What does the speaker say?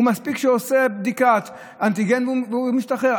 מספיק שהוא עושה בדיקת אנטיגן והוא משתחרר.